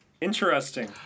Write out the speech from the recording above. Interesting